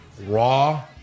raw